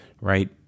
right